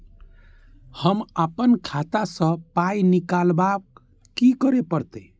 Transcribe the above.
हम आपन खाता स पाय निकालब की करे परतै?